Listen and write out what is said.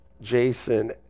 Jason